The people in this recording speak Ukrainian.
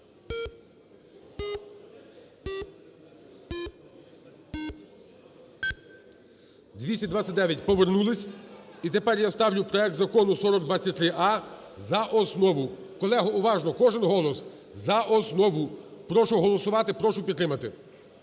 За-229 Повернулися. І тепер я ставлю проект Закону 4023а за основу. Колеги, уважно! Кожен голос! За основу. Прошу голосувати, прошу підтримати.